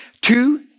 Two